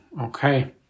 okay